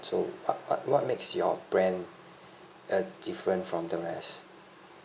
so what what what makes your brand uh different from the rest